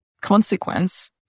consequence